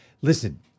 listen